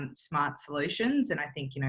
and smart solutions. and i think, you know